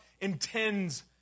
intends